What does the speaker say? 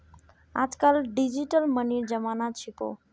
आजकल डिजिटल मनीर जमाना छिको